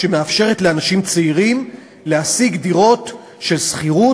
שמאפשרת לאנשים צעירים להשיג דירות בשכירות,